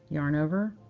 yarn over,